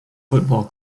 football